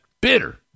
bitter